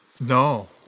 No